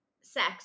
sex